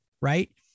Right